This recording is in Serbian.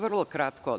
Vrlo ću kratko.